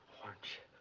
much